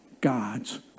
God's